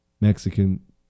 Mexican